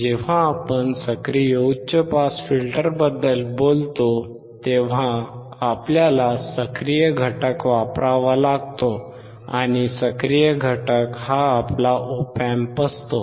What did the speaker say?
जेव्हा आपण सक्रिय उच्च पास फिल्टरबद्दल बोलतो तेव्हा आपल्याला सक्रिय घटक वापरावा लागतो आणि सक्रिय घटक हा आपला Op Amp असतो